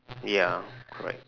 ya correct